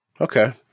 Okay